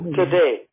today